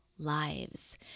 lives